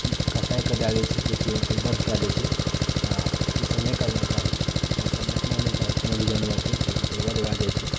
कसाईकेँ दे दै छथि जेकि ओकर वध कय देइ छै आ ई सभ नहि करना चाही गाय सभ बेचना नहि चाही कोनो भी जानवरकेँ कियाकि ओकर वध भय जाइछै